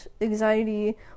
anxiety